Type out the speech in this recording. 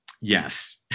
Yes